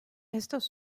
estos